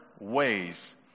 ways